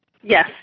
Yes